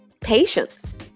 patience